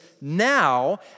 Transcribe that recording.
now